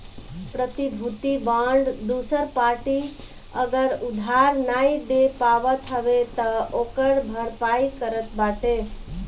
प्रतिभूति बांड दूसर पार्टी अगर उधार नाइ दे पावत हवे तअ ओकर भरपाई करत बाटे